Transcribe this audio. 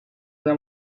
una